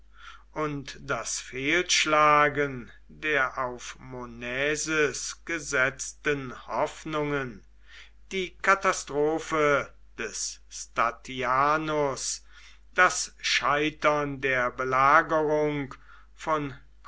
und das fehlschlagen der auf monaeses gesetzten hoffnungen die katastrophe des stauanus das scheitern der belagerung von